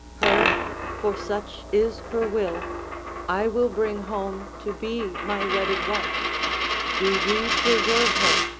her for such is her will i will bring home to be my wedded wife do ye preserve her,